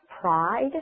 pride